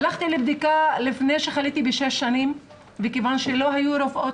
הלכתי לבדיקה שש שנים לפני שחליתי וכיוון שלא היו רופאות